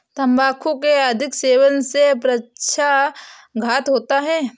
तंबाकू के अधिक सेवन से पक्षाघात होता है